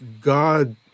God